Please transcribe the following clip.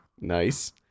Nice